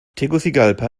tegucigalpa